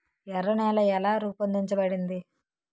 ఎర్ర నేల ఎలా రూపొందించబడింది?